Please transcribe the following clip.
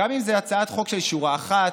גם אם זו הצעת חוק של שורה אחת,